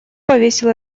повесил